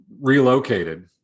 relocated